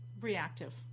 reactive